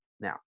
Now